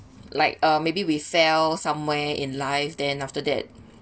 like uh maybe we fell somewhere in life then after that